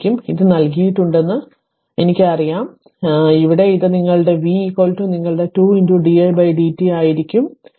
ഇത് നൽകിയിട്ടുണ്ടെന്ന് എനിക്കറിയാമെങ്കിൽ ഇവിടെ ഇത് നിങ്ങളുടെ v നിങ്ങളുടെ 2 di dt ആയിരിക്കും